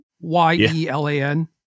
Y-E-L-A-N